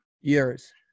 Years